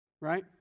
Right